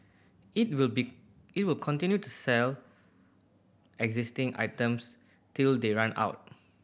it will be it will continue to sell existing items till they run out